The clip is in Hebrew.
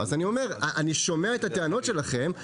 אני שומע את הטענות שלכם,